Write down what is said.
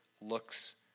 looks